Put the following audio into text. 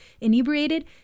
inebriated